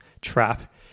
trap